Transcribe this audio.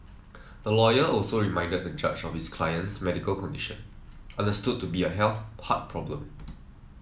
the lawyer also reminded the judge of his client's medical condition understood to be a health heart problem